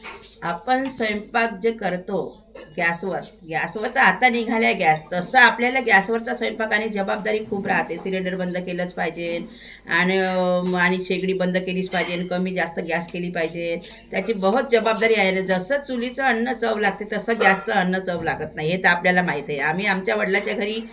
आपन स्वैपाक जे करतो गॅसवर गॅसवर तर आत्ता निघालाय गॅस तसं आपल्याला गॅसवरचा स्वयंपाकाने जबाबदारी खूप राहते सिलेंडर बंद केलंच पाहिजे आणि आणि शेगडी बंद केलीच पाहिजे कमी जास्त गॅस केली पायजे त्याची बहोत जबाबदारी आयलेय जसं चुलीचं अन्न चव लागते तसं गॅसचं अन्न चव लागत नाही हे तरं आपल्याला माहीत आम्ही आमच्या वडलाच्या घरी